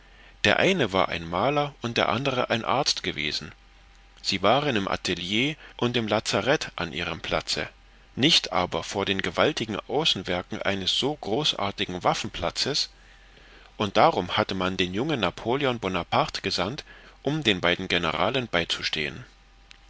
der eine war ein maler und der andere ein arzt gewesen sie waren im atelier und lazareth an ihrem platze nicht aber vor den gewaltigen außenwerken eines so großartigen waffenplatzes und darum hatte man den jungen napoleon bonaparte gesandt um den beiden generalen beizustehen